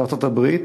עם ארצות-הברית,